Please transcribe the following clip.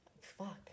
Fuck